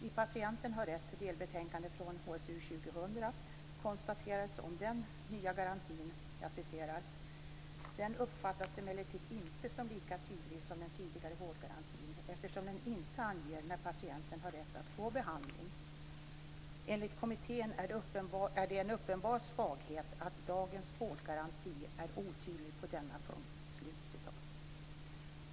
I Patienten har rätt, ett delbetänkande från HSU 2000, konstaterades om den nya garantin: "Den uppfattas emellertid inte som lika tydlig som den tidigare vårdgarantin eftersom den inte anger när patienten har rätt att få behandling. Enligt kommittén är det en uppenbar svaghet att dagens vårdgaranti är otydlig på denna punkt."